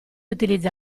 utilizza